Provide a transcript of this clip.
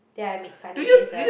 then I make funny faces